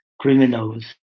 criminals